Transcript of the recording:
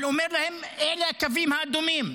אבל אומר להם: אלה הקווים האדומים.